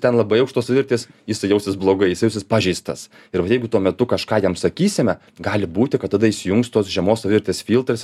ten labai aukštos savivertės jisai jausis blogai jis jausis pažeistas ir vat jeigu tuo metu kažką jam sakysime gali būti kad tada įsijungs tos žemos savivertės filtras